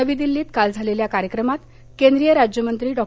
नवी दिल्लीत काल झालेल्या कार्यक्रमात केंद्रीय राज्यमंत्री डॉ